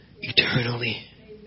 eternally